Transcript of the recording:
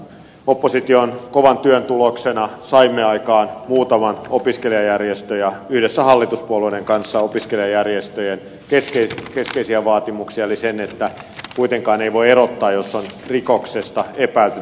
opposition kovan työn tuloksena sai aikaan muutaman opiskelijajärjestö ja yhdessä hallituspuolueiden kanssa saatiin aikaan muutama opiskelijajärjestöjen keskeinen vaatimus kuten se että kuitenkaan ei voi erottaa jos on rikoksesta epäiltynä